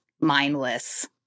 mindless